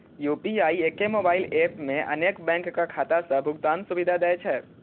UPI एके mobile app मे अनेक बैंकक खाता सं भुगतान सुविधा दै छै